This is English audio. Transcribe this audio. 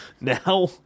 Now